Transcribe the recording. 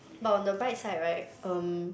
but on the bright side right um